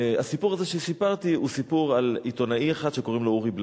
הסיפור הזה שסיפרתי הוא סיפור על עיתונאי אחד שקוראים לו אורי בלאו.